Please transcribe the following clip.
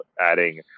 adding